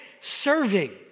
serving